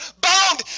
bound